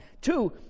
two